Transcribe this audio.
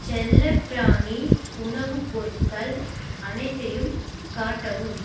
செல்லப் பிராணி உணவுப் பொருட்கள் அனைத்தையும் காட்டவும்